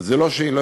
כי אנחנו לא